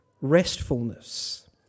restfulness